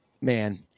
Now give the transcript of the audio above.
Man